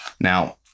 Now